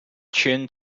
tune